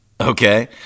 Okay